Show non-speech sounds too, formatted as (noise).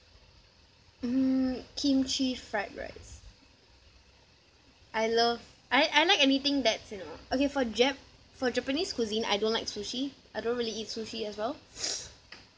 mm kimchi fried rice I love I I like anything that's you know okay for jap for japanese cuisine I don't like sushi I don't really eat sushi as well (breath)